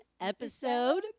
episode